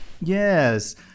Yes